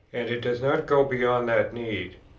and it does not go beyond that need.